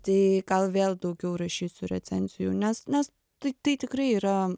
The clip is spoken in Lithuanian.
tai gal vėl daugiau rašysiu recenzijų nes nes tai tai tikrai yra